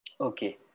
Okay